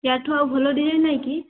ୟା ଠୁ ଆଉ ଭଲ ଡିଜାଇନ୍ ନାହିଁ କି